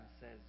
says